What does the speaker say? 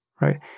Right